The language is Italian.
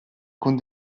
con